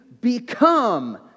become